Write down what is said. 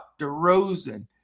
DeRozan